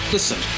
Listen